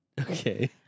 Okay